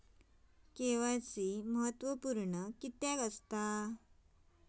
KYC महत्त्वपुर्ण किद्याक?